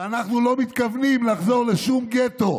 אנחנו לא מתכוונים לחזור לשום גטו.